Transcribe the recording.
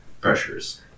pressures